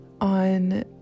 on